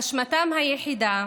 אשמתם היחידה